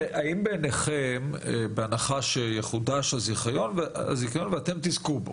אם יחודש הזיכיון ואתם תהיו הזוכים,